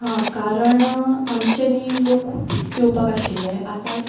हा कारण आमचे न्ही लोक खूब येवपाक आशिल्ले आतां